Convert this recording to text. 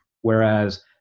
Whereas